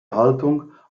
haltung